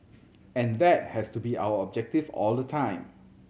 and that has to be our objective all the time